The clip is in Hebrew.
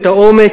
את העומק,